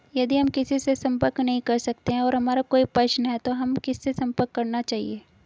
यदि हम किसी से संपर्क नहीं कर सकते हैं और हमारा कोई प्रश्न है तो हमें किससे संपर्क करना चाहिए?